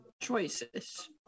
choices